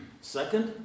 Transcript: Second